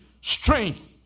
strength